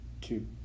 two